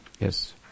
Yes